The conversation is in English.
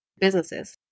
businesses